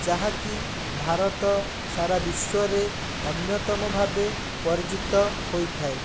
ଯାହାକି ଭାରତ ସାରା ବିଶ୍ୱରେ ଅନ୍ୟତମ ଭାବେ ପରିଚିତ ହୋଇଥାଏ